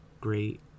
great